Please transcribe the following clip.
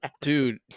dude